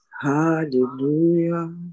Hallelujah